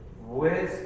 wisdom